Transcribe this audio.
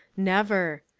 never.